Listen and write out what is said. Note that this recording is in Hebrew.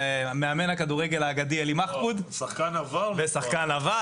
מאמן הכדורגל האגדי אלי מחפוד ושחקן עבר.